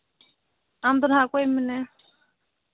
ᱟᱢ ᱫᱚ ᱦᱟᱸᱜ ᱚᱠᱚᱭᱮᱢ ᱢᱮᱱᱮᱫᱼᱟ